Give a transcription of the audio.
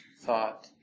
thought